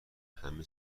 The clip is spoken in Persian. همه